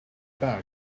back